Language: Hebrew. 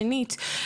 שנית,